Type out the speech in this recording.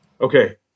Okay